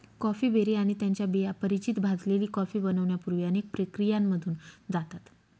coffee berry आणि त्यांच्या बिया परिचित भाजलेली कॉफी बनण्यापूर्वी अनेक प्रक्रियांमधून जातात